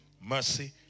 mercy